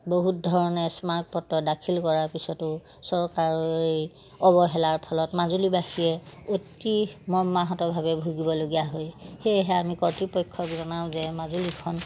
বহুত ধৰণে স্মাৰক পত্ৰ দাখিল কৰাৰ পিছতো চৰকাৰৰ এই অৱহেলাৰ ফলত মাজুলীবাসীয়ে অতি মৰ্মাহতভাৱে ভুগিবলগীয়া হয় সেয়েহে আমি কৰ্তৃপক্ষক জনাওঁ যে মাজুলীখন